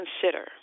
consider